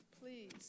Please